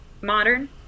modern